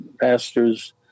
pastors